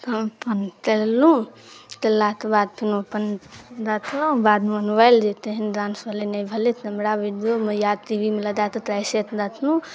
तऽ हम अपन कयलहुँ कयलाके बाद फेनो अपन देखलहुँ बादमे मोबाइल जे केहन डान्स भेलै नहि भेलै कैमरा विडियोमे या टी वी मे लगा कऽ कैसेट देखलहुँ